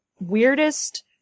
weirdest